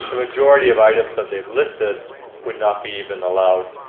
the majority of items that they've listed would not be even allowed